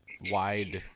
wide